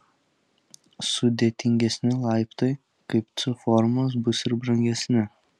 sudėtingesni laiptai kaip c formos bus ir brangesni